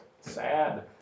sad